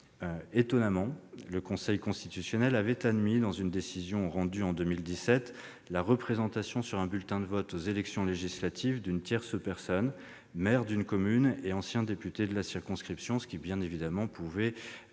Étonnamment, le Conseil constitutionnel avait admis, dans une décision rendue en décembre 2017, la représentation sur un bulletin de vote aux élections législatives d'une tierce personne, maire d'une commune et ancien député de la circonscription, alors que cela pouvait